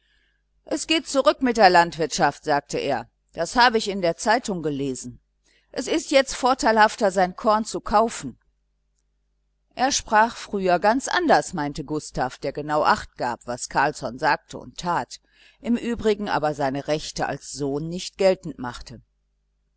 es geht zurück mit der landwirtschaft sagte er das habe ich in der zeitung gelesen es ist jetzt vorteilhafter sein korn zu kaufen er sprach früher ganz anders meinte gustav der genau achtgab was carlsson sagte und tat im übrigen aber seine rechte als sohn nicht geltend machte